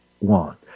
want